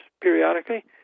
periodically